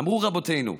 "אמרו רבותינו,